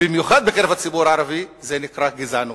במיוחד בקרב הציבור הערבי, זה נקרא גזענות.